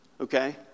Okay